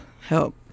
help